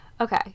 okay